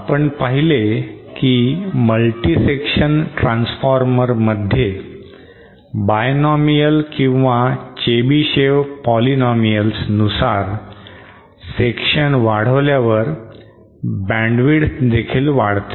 आपण पाहिले की मल्टिसेक्शन ट्रान्सफॉर्मरस मध्ये बायनॉमीअल किंवा चेबीशेव पॉलिनॉमीअल्स नुसार सेक्शन वाढवल्यावर बॅन्डविड्थ देखील वाढते